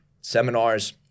seminars